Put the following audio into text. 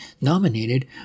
nominated